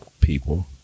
people